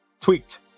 tweaked